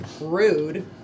Rude